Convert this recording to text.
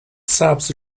سبز